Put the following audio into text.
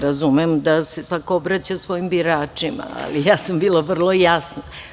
Razumem da se svako obraća svojim biračima ali sam bila vrlo jasna.